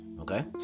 okay